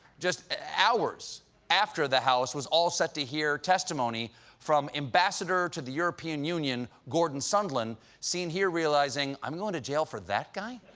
just hours after the house was all set to hear testimony from ambassador to the european union, gordon sondland, seen here realizing, i'm going to jail for that guy?